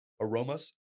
aromas